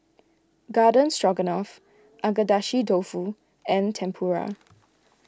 Garden Stroganoff Agedashi Dofu and Tempura